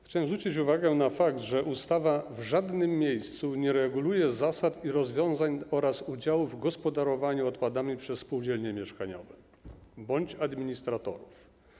Chciałem zwrócić uwagę na fakt, że ustawa w żadnym miejscu nie reguluje zasad i rozwiązań oraz udziału w gospodarowaniu odpadami przez spółdzielnie mieszkaniowe bądź administratorów.